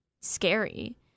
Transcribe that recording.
scary